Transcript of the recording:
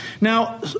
Now